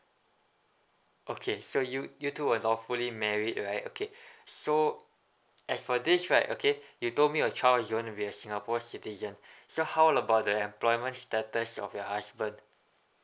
okay so you you two are lawfully married right okay so as for this right okay you told me your child is going to be a singapore citizen so how about the employment status of your husband